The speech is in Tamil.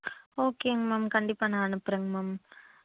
ஓகேங்க மேம் கண்டிப்பாக நான் அனுப்புகிறேங் மேம்